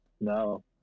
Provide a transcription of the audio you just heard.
No